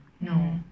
No